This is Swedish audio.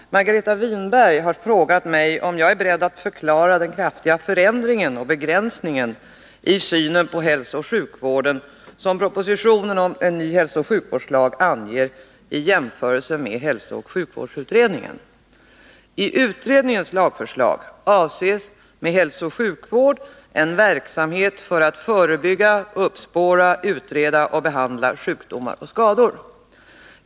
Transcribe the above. Herr talman! Margareta Winberg har frågat mig om jag är beredd att förklara den kraftiga förändringen och begränsningen i synen på hälsooch sjukvården som propositionen om en hälsooch sjukvårdslag anger i jämförelse med hälsooch sjukvårdsutredningen. I utredningens lagförslag avses med hälsooch sjukvård en verksamhet för att förebygga, uppspåra, utreda och behandla sjukdomar och skador.